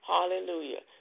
Hallelujah